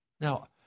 Now